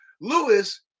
Lewis